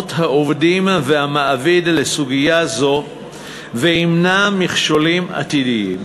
הסכמות העובדים והמעביד לסוגיה זאת וימנע מכשולים עתידיים.